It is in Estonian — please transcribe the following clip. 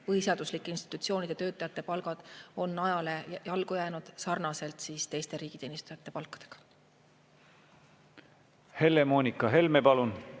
põhiseaduslike institutsioonide töötajate palgad on ajale jalgu jäänud sarnaselt teiste riigiteenistujate palkadega.